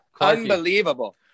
Unbelievable